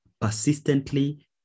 persistently